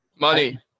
Money